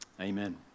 amen